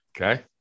Okay